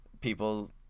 People